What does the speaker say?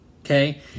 Okay